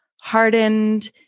hardened